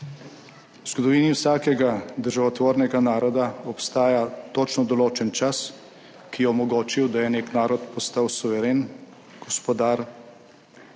V zgodovini vsakega državotvornega naroda obstaja točno določen čas, ki je omogočil, da je nek narod postal suveren gospodar,